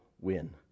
win